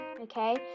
okay